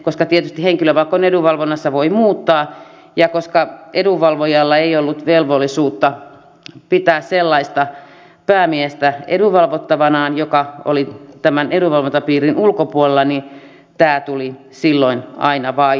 koska tietysti vaikka on edunvalvonnassa voi muuttaa ja koska edunvalvojalla ei ollut velvollisuutta pitää sellaista päämiestä edunvalvottavanaan joka oli tämän edunvalvontapiirin ulkopuolella niin tämä tuli silloin aina vaihtaa